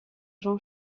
jean